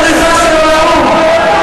הוא מתכנן את הבריחה שלו לאו"ם.